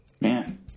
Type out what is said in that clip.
Man